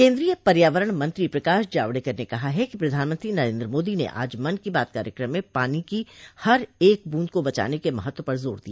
केन्द्रीय पर्यावरण मंत्री प्रकाश जावड़ेकर ने कहा है कि प्रधानमंत्री नरेन्द्र मोदी ने आज मन की बात कार्यक्रम में पानी की हर एक बूंद को बचाने के महत्व पर जोर दिया